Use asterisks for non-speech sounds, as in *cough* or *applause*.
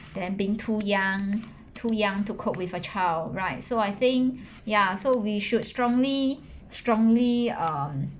them being too young too young to cope with a child right so I think *breath* ya so we should strongly strongly um